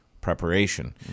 preparation